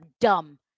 dumb